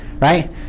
Right